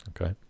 Okay